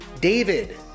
David